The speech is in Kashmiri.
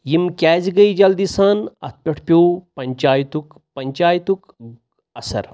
یِم کیٛازِ گٔے جلدی سان اَتھ پٮ۪ٹھ پیوٚو پَنچایتُک پَنچایتُک اَثر